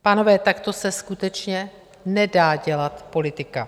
Pánové, takto se skutečně nedá dělat politika.